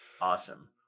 Awesome